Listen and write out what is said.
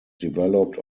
developed